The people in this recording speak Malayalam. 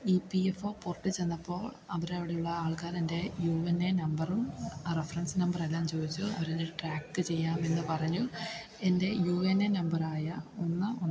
ഇ പീ എഫ് ഓ പോർട്ടീ ചെന്നപ്പോൾ അവരവിടെ ഉള്ള ആൾക്കാരെൻ്റെ യു എൻ എ നമ്പറും ആ റെഫെറെൻസ് നമ്പറെല്ലാം ചോദിച്ചു അവരെന്നെ ട്രാക്ക് ചെയ്യാമെന്ന് പറഞ്ഞു എൻ്റെ യു എൻ എ നമ്പറായ ഒന്ന് ഒന്ന്